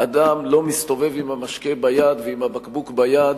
אדם לא מסתובב עם משקה ביד ועם בקבוק ביד,